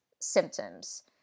symptoms